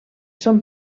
són